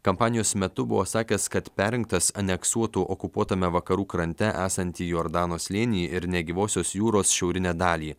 kampanijos metu buvo sakęs kad perrinktas aneksuotų okupuotame vakarų krante esantį jordano slėnį ir negyvosios jūros šiaurinę dalį